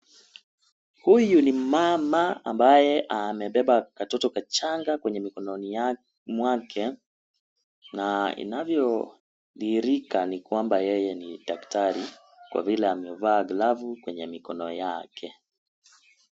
Huyu ni mmama ambaye amebeba katoto kachanga kwenye mikononi mwake na inavyodhihirika ni kwamba yeye ni daktari, kwa vile amevaa glavu kwenye mikono yake.